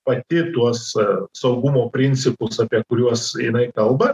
pati tuos saugumo principus apie kuriuos jinai kalba